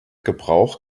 gebrauch